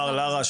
לארה,